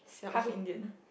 half Indian